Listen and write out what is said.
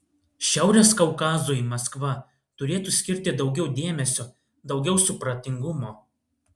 šiaurės kaukazui maskva turėtų skirti daugiau dėmesio daugiau supratingumo